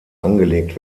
angelegt